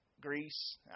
Greece